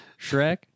Shrek